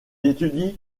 étudie